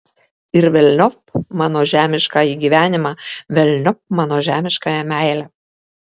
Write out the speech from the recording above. ir velniop mano žemiškąjį gyvenimą velniop mano žemiškąją meilę